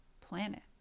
planet